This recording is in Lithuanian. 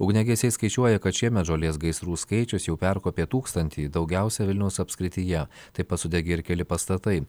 ugniagesiai skaičiuoja kad šiemet žolės gaisrų skaičius jau perkopė tūkstantį daugiausia vilniaus apskrityje taip pat sudegė ir keli pastatai